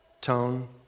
tone